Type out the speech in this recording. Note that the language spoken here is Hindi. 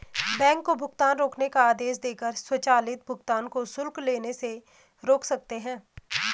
बैंक को भुगतान रोकने का आदेश देकर स्वचालित भुगतान को शुल्क लेने से रोक सकते हैं